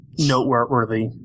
Noteworthy